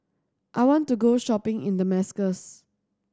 I want to go shopping in Damascus